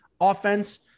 offense